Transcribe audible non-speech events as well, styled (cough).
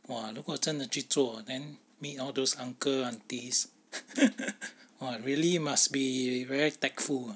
!wah! 如果真的去做 then meet all those uncle aunties (laughs) !wah! really must be very tactful ah